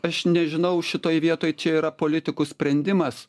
aš nežinau šitoj vietoj čia yra politikų sprendimas